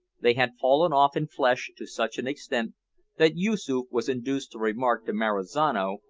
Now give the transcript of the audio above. they had fallen off in flesh to such an extent that yoosoof was induced to remark to marizano,